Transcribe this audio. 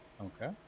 Okay